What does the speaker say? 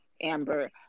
Amber